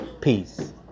Peace